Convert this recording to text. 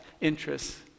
interests